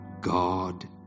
God